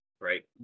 right